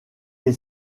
est